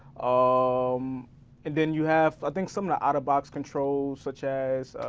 um and then you have, i think some of the out-of-box controls such as,